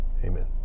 Amen